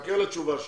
מחכה לתשובה שלך.